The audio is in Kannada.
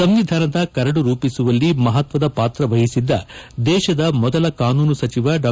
ಸಂವಿಧಾನದ ಕರಡು ರೂಪಿಸುವಲ್ಲಿ ಮಹತ್ವದ ಪಾತ್ರ ವಹಿಸಿದ್ದ ದೇಶದ ಮೊದಲ ಕಾನೂನು ಸಚಿವ ಡಾ